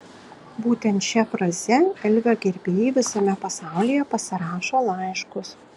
būtent šia fraze elvio gerbėjai visame pasaulyje pasirašo laiškus